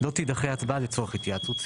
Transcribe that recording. לא תידחה ההצבעה לצורך התייעצות סיעתית.